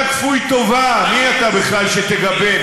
אתה כפוי טובה, מי אתה בכלל שתגבה?